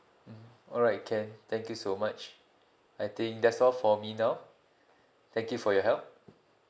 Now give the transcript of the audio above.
mm alright can thank you so much I think that's all for me now thank you for your help